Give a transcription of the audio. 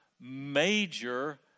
major